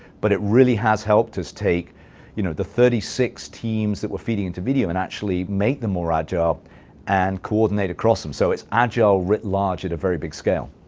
but it really has helped us take you know the thirty six teams that we're feeding into video and actually make them more agile and coordinate across them. so it's agile writ large at a very big scale.